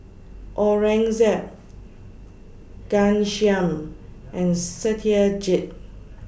Aurangzeb Ghanshyam and Satyajit